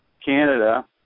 Canada